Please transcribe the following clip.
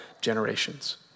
generations